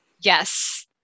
Yes